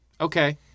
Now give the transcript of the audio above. Okay